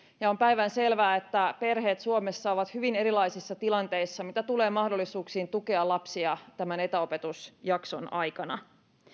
ja on päivänselvää että perheet suomessa ovat hyvin erilaisissa tilanteissa mitä tulee mahdollisuuksiin tukea lapsia tämän etäopetusjakson aikana